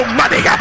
money